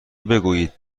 بگویید